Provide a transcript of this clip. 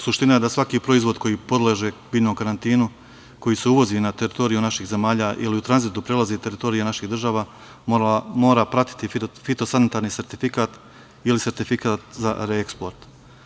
Suština je da svaki proizvod koji podleže biljnom karantinu, koji se uvozi na teritoriji naših zemalja, ili u tranzitu prelazi teritorije naših država, mora pratiti i fitosanitarni sertifikat ili sertifikat za reeksport.